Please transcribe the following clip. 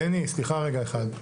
בני סליחה רגע אחד,